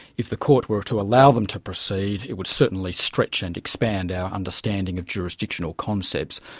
if the court were to allow them to proceed, it would certainly stretch and expand our understanding of jurisdictional concepts.